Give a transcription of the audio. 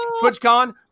twitchcon